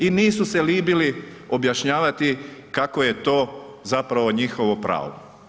I nisu se libili objašnjavati kako je zapravo njihovo pravo.